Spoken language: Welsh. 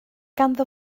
ganddo